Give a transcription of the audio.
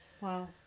Wow